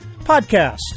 Podcast